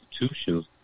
institutions